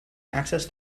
access